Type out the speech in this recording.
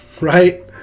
right